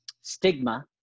stigma